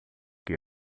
que